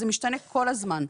זה משתנה כל הזמן.